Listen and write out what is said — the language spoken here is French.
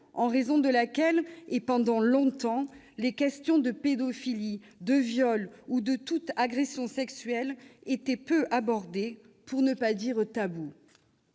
en raison de laquelle, pendant longtemps, les questions de la pédophilie, du viol ou des agressions sexuelles ont été peu abordées, pour ne pas dire taboues.